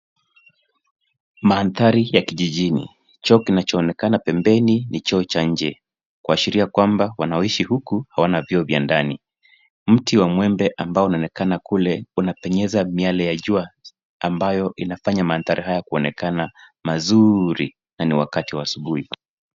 Mandhari ya kijijini. Choo kinachoonekana pembeni ni choo cha nje kuashiria kwamba wanaoishi huku hawana vyoo vya ndani. Mti wa mwembe ambao unaonekana kule unapenyeza miale ya jua ambayo inafanya mandhari haya kuonekana mazuri na ni wakati wa asubuhi.